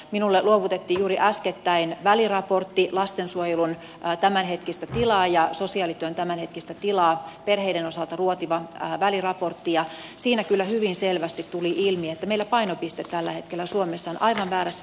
minulle luovutettiin juuri äskettäin lastensuojelun ja sosiaalityön tämänhetkistä tilaa perheiden osalta ruotiva väliraportti ja siinä kyllä hyvin selvästi tuli ilmi että meillä painopiste tällä hetkellä suomessa on aivan väärässä paikassa